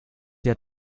der